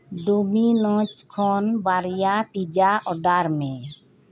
ᱰᱚᱱᱤ ᱢᱚᱪᱠᱷᱚᱱ ᱵᱟᱨᱭᱟ ᱯᱤᱡᱟ ᱚᱰᱟᱨᱢᱮ